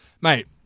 Mate